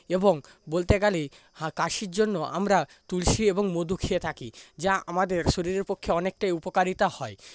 এবং বলতে গেলে কাশির জন্য আমরা তুলসী এবং মধু খেয়ে থাকি যা আমাদের শরীরের পক্ষে অনেকটাই উপকারিতা হয়